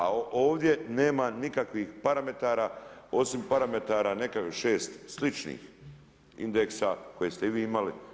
A ovdje nema nikakvih parametara osim parametara nekakvih šest sličnih indeksa koje ste i vi imali.